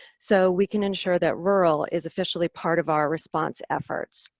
so we can ensure that rural is official part of our response efforts.